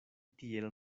tiel